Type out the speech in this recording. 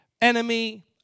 enemy